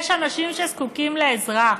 יש אנשים שזקוקים לעזרה,